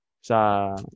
Sa